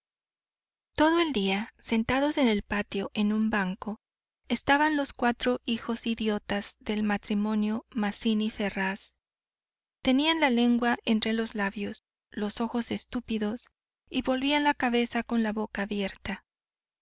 todo el día sentados en el patio en un banco estaban los cuatro hijos idiotas del matrimonio mazzini ferraz tenían la lengua entre los labios los ojos estúpidos y volvían la cabeza con la boca abierta